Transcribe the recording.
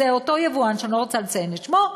זה אותו יבואן שאני לא רוצה לציין את שמו,